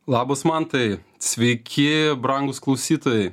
labas mantai sveiki brangūs klausytojai